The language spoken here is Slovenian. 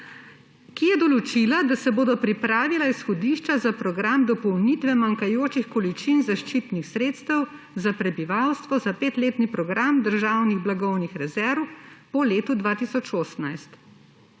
ki je določila, da se bodo pripravila izhodišča za program dopolnitve manjkajočih količin zaščitnih sredstev za prebivalstvo za petletni program državnih blagovnih rezerv po letu 2018.